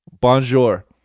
Bonjour